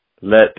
Let